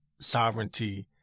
sovereignty